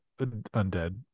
undead